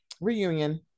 reunion